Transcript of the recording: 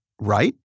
right